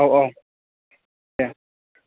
औ औ दे